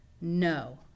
no